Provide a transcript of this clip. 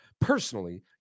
personally